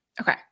okay